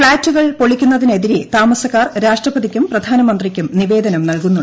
ഫ്ളാറ്റുകൾ പൊളിക്കുന്നതിനെതിരെ താമസക്കാർ രാഷ്ട്രപതിക്കും പ്രധാനമന്ത്രിക്കും നിവേദനം നൽകുന്നുണ്ട്